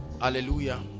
Hallelujah